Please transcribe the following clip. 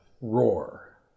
roar